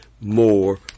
more